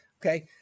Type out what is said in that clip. Okay